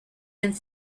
and